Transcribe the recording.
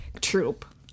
troop